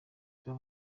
kuba